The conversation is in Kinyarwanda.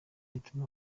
gituma